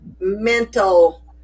mental